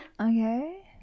Okay